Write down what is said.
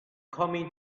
coming